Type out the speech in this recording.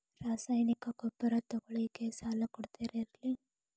ರಾಸಾಯನಿಕ ಗೊಬ್ಬರ ತಗೊಳ್ಳಿಕ್ಕೆ ಸಾಲ ಕೊಡ್ತೇರಲ್ರೇ?